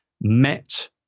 met